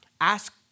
ask